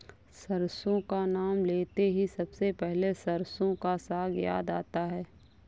सरसों का नाम लेते ही सबसे पहले सरसों का साग याद आता है